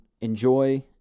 Enjoy